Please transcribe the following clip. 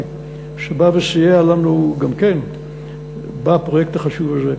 שבא וסייע לנו גם כן בפרויקט החשוב הזה.